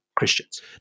Christians